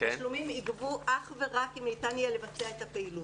התשלומים יגבו אך ורק אם ניתן יהיה לבצע את הפעילות.